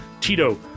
Tito